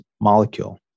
molecule